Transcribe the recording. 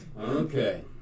Okay